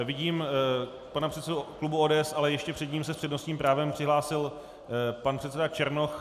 Vidím pana předsedu klubu ODS, ale ještě předtím se s přednostním právem přihlásil pan předseda Černoch.